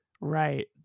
Right